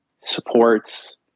supports